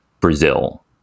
brazil